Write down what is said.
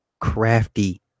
crafty